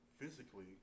physically